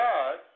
God